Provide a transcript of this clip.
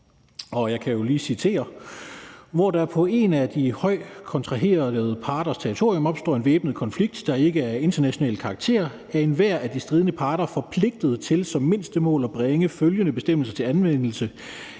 jeg kan jo lige citere: »Hvor der på en af De Høje Kontraherende Parters territorium opstår en væbnet konflikt, der ikke er af international karakter, er enhver af de stridende parter forpligtet til som mindstemål at bringe følgende bestemmelser til anvendelse: